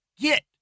get